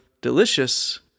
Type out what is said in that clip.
delicious